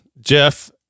Jeff